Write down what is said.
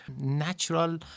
natural